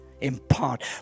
Impart